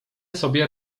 sobie